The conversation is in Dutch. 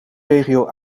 regio